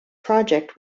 project